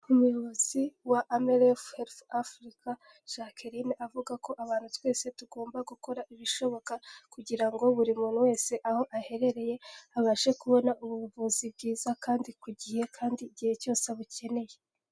Umuyobozi wa amera health africa jacqueline avuga ko abantu twese tugomba gukora ibishoboka kugira ngo buri muntu wese aho aherereye abashe kubona ubuvuzi bwiza kandi ku gihe kandi igihe cyose abukeneye.